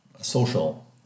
social